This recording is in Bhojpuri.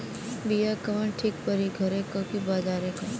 बिया कवन ठीक परी घरे क की बजारे क?